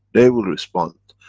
they will respond.